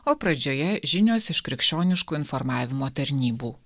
o pradžioje žinios iš krikščioniškų informavimo tarnybų